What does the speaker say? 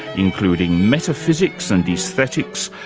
including metaphysics and aesthetics,